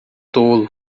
tolo